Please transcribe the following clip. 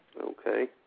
Okay